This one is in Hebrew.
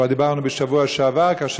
של חבר הכנסת ישראל אייכלר.